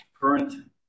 current